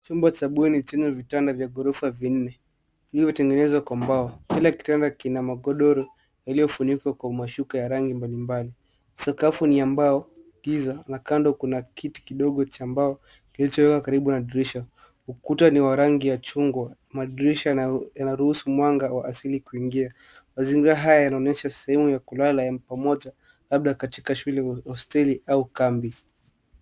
Chumba cha bweni chenye vitanda vya gorofa vinne iliyotengenezwa kwa mbao. Sakafu ni ya mbao giza na kando kuna kiti kidogo cha mbao kilichowekwa karibu na dirisha. Ukuta ni wa rangi ya chungwa, madirisha yanaruhusu mwanga wa asili kuingia. Mazingira haya yanaonyesha sehemu ya kulala ya pamoja labda katika shule, hosteli au kambi.